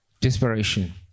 desperation